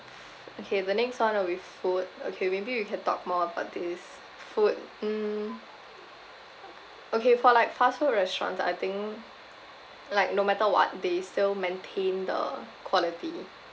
okay the next one will be food okay maybe we can talk more about this food mm okay for like fast food restaurants I think like no matter what they still maintain the quality